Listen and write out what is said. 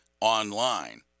online